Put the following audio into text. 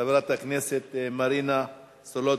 חברת הכנסת מרינה סולודקין.